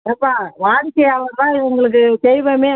எப்பா வாடிக்கையாளர் தான் எங்களுக்கு தெய்வமே